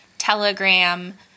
Telegram